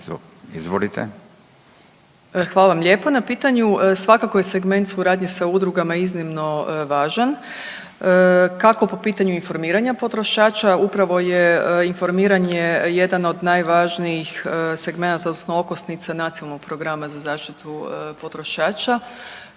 Nataša** Hvala vam lijepo na pitanju. Svakako je segment suradnje sa udrugama iznimno važan, kako po pitanju informiranja potrošača, upravo je informiranje jedan od najvažnijih segmenata odnosno okosnica Nacionalnog programa za zaštitu potrošača